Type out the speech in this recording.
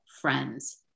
friends